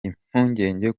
impungenge